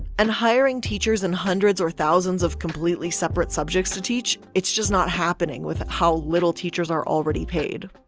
and hiring teachers in hundreds or thousands of completely separate subjects to teach, it's just not happening with how little teachers are already paid.